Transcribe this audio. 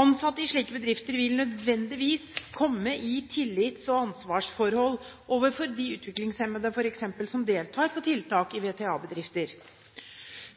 Ansatte i slike bedrifter vil nødvendigvis komme i tillits- og ansvarsforhold overfor de utviklingshemmede som f.eks. deltar på tiltak i VTA-bedrifter.